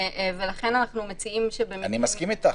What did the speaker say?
ולכן אנחנו מציעים שבמקרים כאלה אפשר יהיה --- אני מסכים איתך,